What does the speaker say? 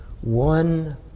One